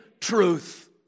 truth